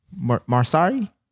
Marsari